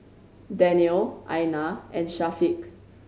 Daniel Aina and Syafiq